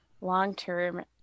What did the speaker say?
long-term